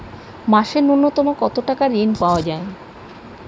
মাসে নূন্যতম কত টাকা ঋণ পাওয়া য়ায়?